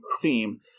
theme